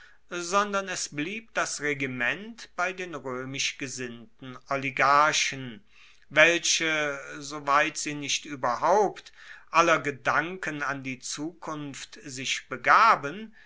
sondern es blieb das regiment bei den roemisch gesinnten oligarchen welche soweit sie nicht ueberhaupt aller gedanken an die zukunft sich begaben